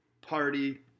party